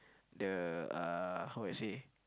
the uh how would I say